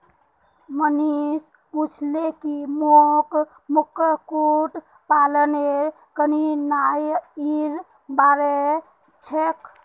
मनीष पूछले की मोक कुक्कुट पालनेर कठिनाइर बार छेक